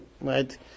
right